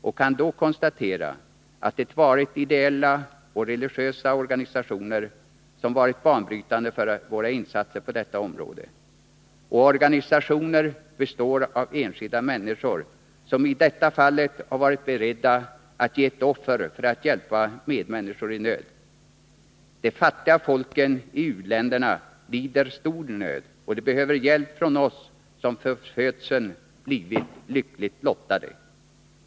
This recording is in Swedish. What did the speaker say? Jag kan då konstatera att det varit ideella och religiösa organisationer som varit banbrytande för våra insatser på detta område. Och organisationer består av enskilda människor, som i detta fall har varit beredda att ge ett offer för att hjälpa medmänniskor i nöd. De fattiga folken i u-länderna lider stor nöd, och de behöver hjälp från oss som från födseln blivit lyckligare lottade.